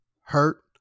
hurt